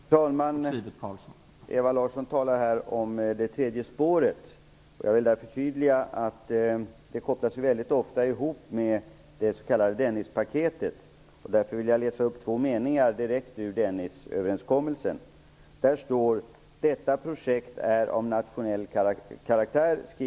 Herr talman! Ewa Larsson talade här om det tredje spåret. Det kopplas ju väldigt ofta ihop med det s.k. Dennispaketet. Därför vill jag läsa upp två meningar direkt ur Dennisöverenskommelsen. Om "getingmidjan" står det: "Detta projekt är av nationell karaktär".